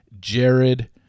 Jared